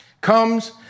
comes